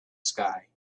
sky